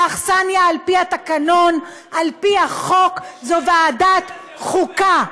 האכסניה על פי התקנון, על פי החוק, זו ועדת החוקה.